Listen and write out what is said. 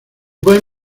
pueden